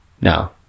Now